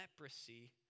leprosy